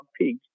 pig